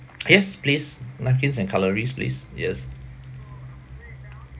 yes please napkins and cutleries please yes